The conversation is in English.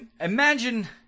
imagine